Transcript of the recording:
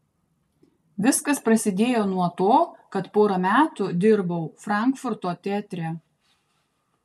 viskas prasidėjo nuo to kad porą metų dirbau frankfurto teatre